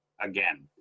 again